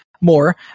more